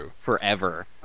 forever